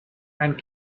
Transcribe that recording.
and